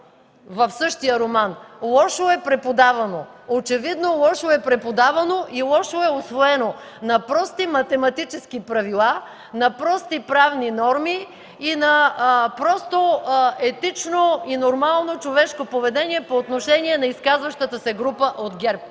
в същия роман: „Лошо е преподавано”. Очевидно лошо е преподавано и лошо е усвоено. На прости математически правила, на прости правни норми и на просто етично и нормално човешко поведение по отношение на изказващата се група от ГЕРБ.